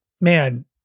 man